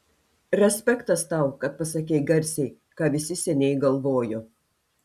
respektas tau kad pasakei garsiai ką visi seniai galvojo